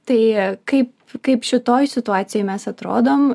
tai kaip kaip šitoj situacijoj mes atrodom